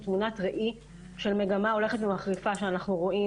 הוא תמונת ראי של מגמה הולכת ומחריפה שאנחנו רואים